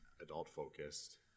adult-focused